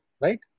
right